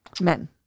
Men